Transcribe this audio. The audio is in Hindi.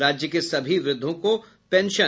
राज्य के सभी वृद्धों को पेंशन